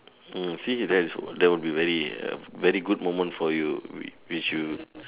mm see that's what that would be very uh very good moment for you which you